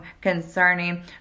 concerning